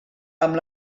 amb